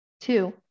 Two